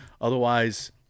Otherwise